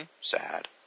Sad